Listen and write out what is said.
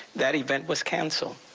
that event was canceled.